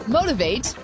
Motivate